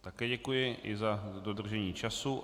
Také děkuji, i za dodržení času.